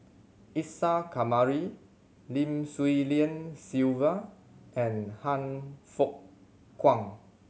Isa Kamari Lim Swee Lian Sylvia and Han Fook Kwang